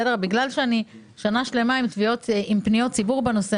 בגלל שאני שמה שלמה עם פניות ציבור בנושא,